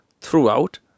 throughout